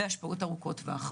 והשפעות ארוכות טווח.